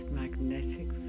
magnetic